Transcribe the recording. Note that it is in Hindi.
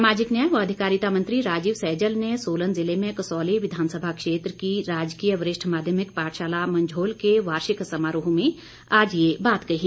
सामाजिक न्याय व अधिकारिता मंत्री राजीव सहजल ने सोलन जिले में कसौली विधानसभा क्षेत्र की राजकीय वरिष्ठ माध्यमिक पाठशाला मंझोल के वार्षिक समारोह में आज ये बात कही